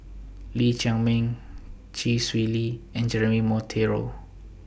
Lee Chiaw Meng Chee Swee Lee and Jeremy Monteiro